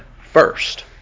first